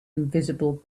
invisible